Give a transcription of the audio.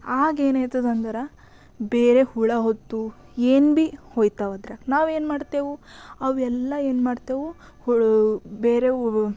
ಆಗೇನಾಗುತ್ತದೆಂದ್ರೆ ಬೇರೆ ಹುಳ ಹೊತ್ತು ಏನ್ ಭೀ ಹೋಗ್ತಾವ ಅದ್ರಾಗೆ ನಾವೇನು ಮಾಡ್ತೀವಿ ಅವೆಲ್ಲ ಏನು ಮಾಡ್ತೀವಿ ಹುಳು ಬೇರೆ